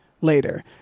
later